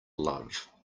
love